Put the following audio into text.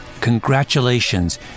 Congratulations